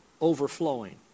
overflowing